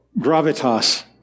gravitas